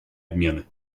обмены